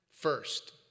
first